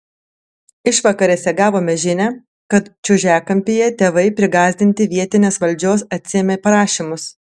išvakarėse gavome žinią kad čiužiakampyje tėvai prigąsdinti vietinės valdžios atsiėmė prašymus